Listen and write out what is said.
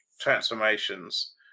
transformations